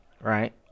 Right